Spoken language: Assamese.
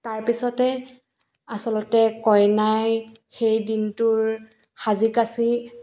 তাৰপিছতে আচলতে কইনাই সেই দিনটোৰ সাজি কাচি